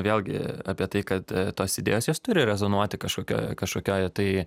vėlgi apie tai kad tos idėjos jos turi rezonuoti kažkokioj kažkokioj tai